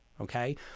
Okay